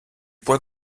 point